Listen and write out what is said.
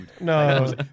No